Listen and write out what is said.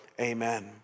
Amen